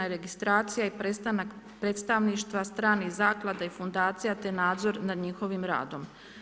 registracija i prestanak predstavništva stranih zaklada i fundacija te nadzor nad njihovim radom.